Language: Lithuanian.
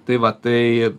tai va tai